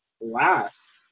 last